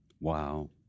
Wow